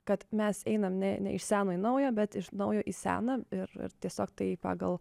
kad mes einam ne ne iš seno į naują bet iš naujo į seną ir ir tiesiog tai pagal